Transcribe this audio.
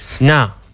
Now